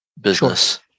business